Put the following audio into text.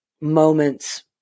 moments